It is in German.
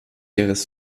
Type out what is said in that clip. ihres